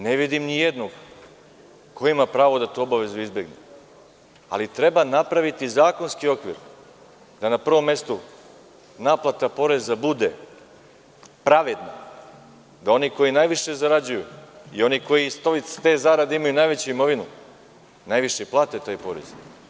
Ne vidim nijednog ko ima pravo da tu obavezu izbegne, ali treba napraviti zakonski okvir da na prvom mestunaplata poreza bude pravedna, da oni koji najviše zarađuju i oni koji iz te zarade imaju najveću imovinu, najviše i plate taj porez.